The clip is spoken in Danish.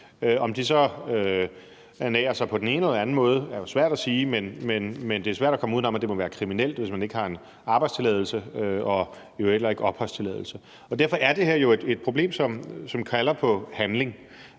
Om de så ernærer sig på den ene eller den anden måde, er jo svært at sige, men det er svært at komme uden om, at det må være kriminelt, hvis man ikke har en arbejdstilladelse og heller ikke en opholdstilladelse. Derfor er det her jo et problem, som kalder på handling,